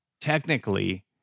technically